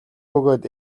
бөгөөд